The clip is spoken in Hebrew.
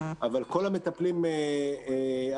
לא כל המטפלים עברו.